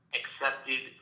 accepted